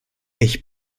ich